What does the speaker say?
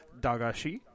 dagashi